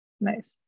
nice